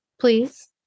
Please